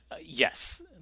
Yes